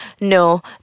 no